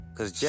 Cause